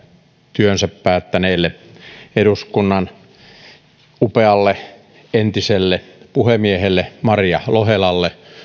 työnsä päättäneelle upealle entiselle eduskunnan puhemiehelle maria lohelalle